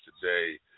today